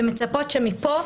ומצפות שמפה,